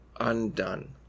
undone